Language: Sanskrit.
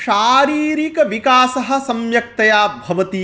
शारीरिकविकासः सम्यक्तया भवति